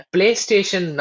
PlayStation